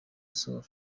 sol